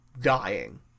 dying